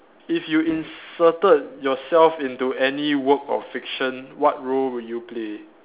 if you inserted yourself into any work of fiction what role would you play